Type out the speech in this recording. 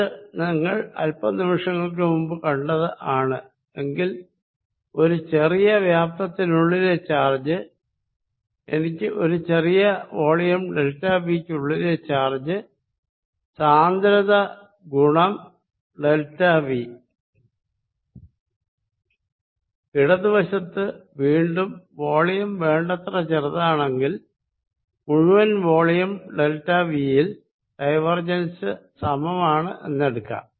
ഇത് നിങ്ങൾ അല്പനിമിഷങ്ങൾ മുൻപ് കണ്ടത് ആണ് എങ്കിൽ ഒരു ചെറിയ വ്യാപ്തത്തിനുള്ളിലെ ചാർജ് എനിക്ക് ഒരു ചെറിയ വോളിയം ഡെൽറ്റവി ക്കുള്ളിലെ ചാർജ് സാന്ദ്രത ഗുണം ഡെൽറ്റവി ഇടതു വശത്ത് വീണ്ടും വോളിയം വേണ്ടത്ര ചെറുതാണെങ്കിൽ മുഴുവൻ വോളിയം ഡെൽറ്റവി യിൽ ഡൈവേർജെൻസ് സമമാണെന്ന് എടുക്കാം